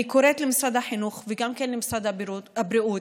אני קוראת למשרד החינוך וגם למשרד הבריאות